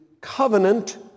Covenant